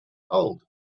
old